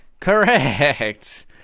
Correct